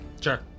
Sure